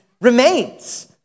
remains